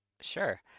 Sure